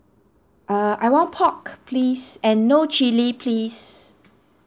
uh I want pork please and no chilli please